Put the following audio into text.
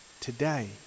today